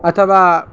अथवा